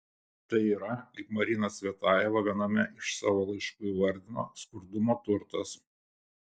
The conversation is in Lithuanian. tai yra kaip marina cvetajeva viename iš savo laiškų įvardino skurdumo turtas